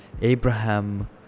Abraham